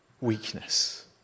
Weakness